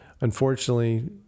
unfortunately